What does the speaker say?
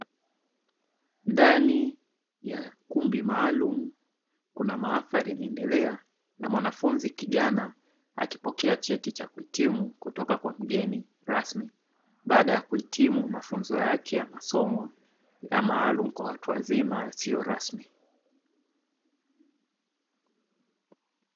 Ndani ya kumbi maalumu kuna mahafali yanaendelea na mwanafunzi kijana akipokea cheti cha kuhitimu kutoka kwa mgeni rasmi baada ya kuhitimu mafunzo yake ya masomo ya maalumu kwa watu wazima yasiyo rasmi.